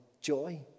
joy